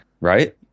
right